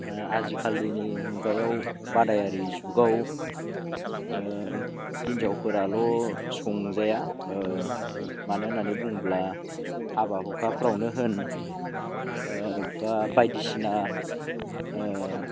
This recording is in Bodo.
आजिखालि मुगायाव बादायारि जुगाव हिनजावफोराल' संजाया मानो होननानै बुङोब्ला हाबा हुखाफ्रावनो होन बा बायदिसिना